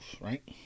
Right